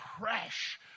crash